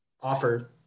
offer